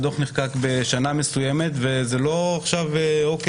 הדוח נחקק בשנה מסוימת זה בסדר,